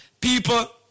people